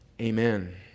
Amen